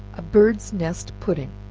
a bird's nest pudding.